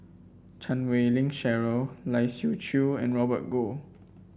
Chan Wei Ling Cheryl Lai Siu Chiu and Robert Goh